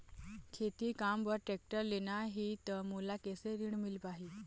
खेती काम बर टेक्टर लेना ही त मोला कैसे ऋण मिल पाही?